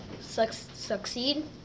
succeed